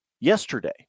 yesterday